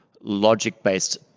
logic-based